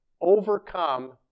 overcome